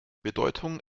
bedeutung